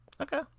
Okay